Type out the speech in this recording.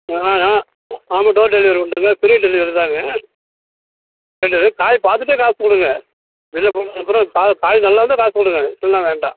ஆ ஆ ஆமாம் door delivery உண்டுங்க ஃப்ரீ டெலிவரி தாங்க என்னது காய் பார்த்துட்டே காசு கொடுங்க வெளியில் போனதுக்கப்புறம் காய் காய் நல்லாயிருந்தா காசு கொடுங்க இல்லைன்னா வேண்டாம்